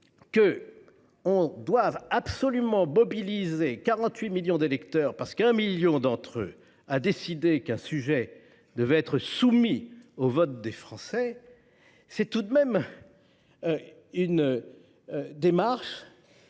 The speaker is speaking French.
qu’il faudrait absolument mobiliser 48 millions d’électeurs parce qu’un million d’entre eux aura décidé qu’un sujet doit être soumis au vote des Français, c’est tout de même une démarche